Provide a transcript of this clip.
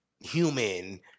human